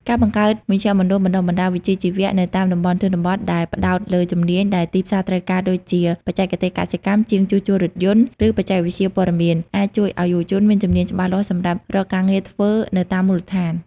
ការបង្កើតមជ្ឈមណ្ឌលបណ្តុះបណ្តាលវិជ្ជាជីវៈនៅតាមតំបន់ជនបទ ដែលផ្តោតលើជំនាញដែលទីផ្សារត្រូវការ ដូចជា បច្ចេកទេសកសិកម្ម ជាងជួសជុលរថយន្ត ឬបច្ចេកវិទ្យាព័ត៌មាន អាចជួយឲ្យយុវជនមានជំនាញច្បាស់លាស់សម្រាប់រកការងារធ្វើនៅតាមមូលដ្ឋាន។